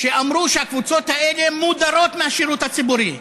שאמרו שהקבוצות האלה מודרות מהשירות הציבורי,